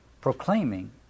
proclaiming